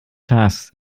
tasks